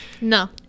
no